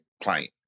client